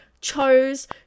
chose